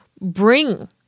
bring